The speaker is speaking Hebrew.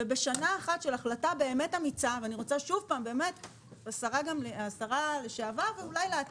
בשנה אחת של החלטה אמיצה באמת ואני רוצה שוב לומר לשרה לשעבר גמליאל: